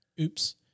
Oops